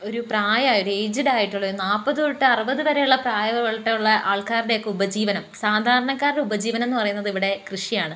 ഒരു പ്രായമായി ഒരു ഏജിടായിട്ടുള്ള ഒരു നാൽപ്പത് തൊട്ട് അറുപത് വരെയുള്ള പ്രായമായിട്ടൊള്ള ആൾക്കാരുടെയൊക്കെ ഉപജീവനം സാധാരണക്കാരുടെ ഉപജീവനമെന്ന് പറയുന്നത് ഇവിടെ കൃഷിയാണ്